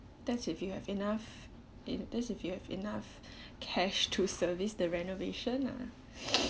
that's if you have enough in this if you have enough cash to service the renovation ah